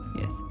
Yes